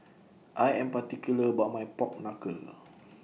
I Am particular about My Pork Knuckle